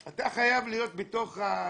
אתה חייב להיות בתוך הסיפור.